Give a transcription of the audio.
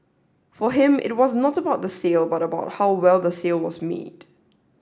for him it was not about the sale but about how well the sale was made